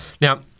Now